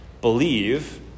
believe